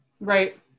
Right